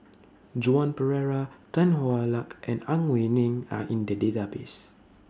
Joan Pereira Tan Hwa Luck and Ang Wei Neng Are in The Database